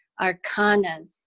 arcanas